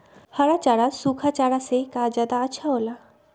हरा चारा सूखा चारा से का ज्यादा अच्छा हो ला?